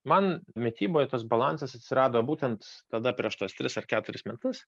man mityboje tas balansas atsirado būtent tada prieš tuos tris ar keturis metus